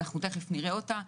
תכף נראה אותה.